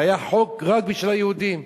והיה חוק רק בשביל היהודים.